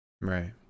Right